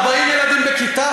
40 ילדים בכיתה,